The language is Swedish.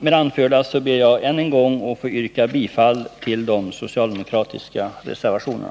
Med det anförda ber jag ännu en gång att få yrka bifall till de socialdemokratiska reservationerna.